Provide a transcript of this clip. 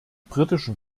britischen